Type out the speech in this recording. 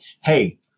hey